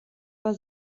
war